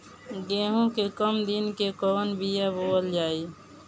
गेहूं के कम दिन के कवन बीआ बोअल जाई?